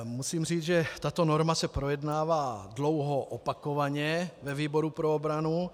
Musím říci, že tato norma se projednává dlouho, opakovaně ve výboru pro obranu.